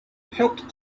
helped